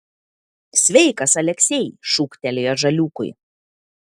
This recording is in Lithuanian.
sveikas aleksej šūktelėjo žaliūkui